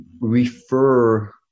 refer